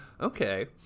Okay